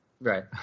Right